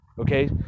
okay